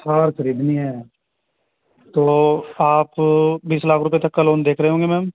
کار خریدنی ہے تو آپ بیس لاکھ روپے تک کا لون دیکھ رہے ہوں گے میم